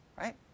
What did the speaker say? right